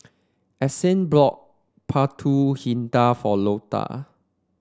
Essex bought pulut hitam for Loda